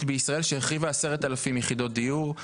בישראל שהחריבה 10,000 יחידות דיור,